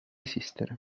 esistere